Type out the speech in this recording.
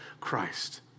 Christ